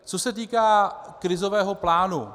Co se týká krizového plánu.